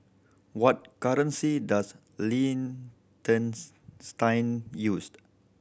what currency does Liechtenstein use